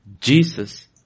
Jesus